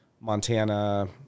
Montana